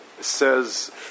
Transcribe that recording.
says